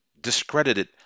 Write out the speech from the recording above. discredited